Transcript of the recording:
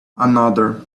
another